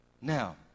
Now